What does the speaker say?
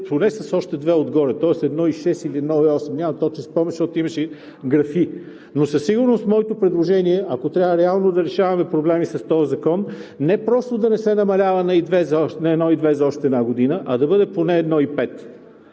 поне с още две отгоре, тоест 1,6 или 1,8, нямам точен спомен, защото имаше графи, но със сигурност моето предложение, ако трябва реално да решаваме проблеми с този закон, не просто да не се намалява на 1,2 за още една година, а да бъде поне 1,5 по